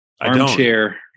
armchair